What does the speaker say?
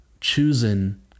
choosing